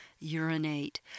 urinate